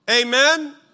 Amen